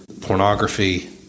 pornography